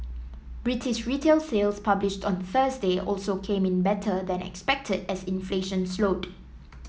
British retail sales published on Thursday also came in better than expected as inflation slowed